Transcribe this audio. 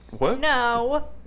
No